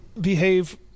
behave